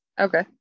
Okay